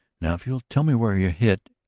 now if you'll tell me where you're hit.